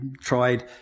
tried